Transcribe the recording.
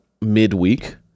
midweek